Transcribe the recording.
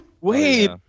Wait